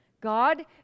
God